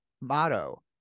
Motto